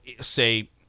say